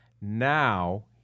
Now